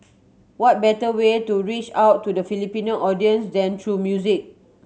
what better way to reach out to the Filipino audience than through music